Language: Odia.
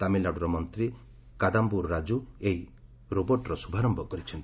ତାମିଲନାଡ଼ୁର ମନ୍ତ୍ରୀ କାଦାମ୍ଭର ରାଜୁ ଏହି ରୋବୋର୍ଟର ଶୁଭାରମ୍ଭ କରିଛନ୍ତି